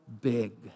big